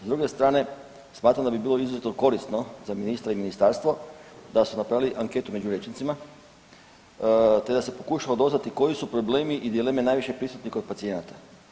S druge strane, smatram da bi bilo izuzetno korisno za ministra i ministarstvo da su napravili anketu među vijećnicima te da se pokušalo doznati koji su problemi i dileme najviše prisutni kod pacijenata.